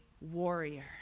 warrior